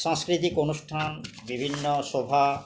সাংস্কৃতিক অনুষ্ঠান বিভিন্ন সভা